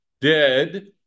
dead